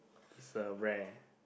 it's a rare